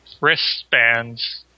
wristbands